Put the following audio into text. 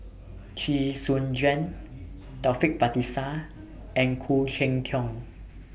Chee Soon Juan Taufik Batisah and Khoo Cheng Tiong